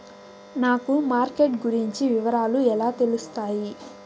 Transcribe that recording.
నాకు మార్కెట్ గురించి వివరాలు ఎలా తెలుస్తాయి?